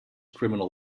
criminal